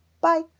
bye